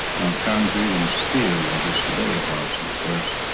of concrete and steel of which to build a house and of course